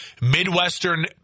Midwestern